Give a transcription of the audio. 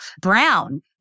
brown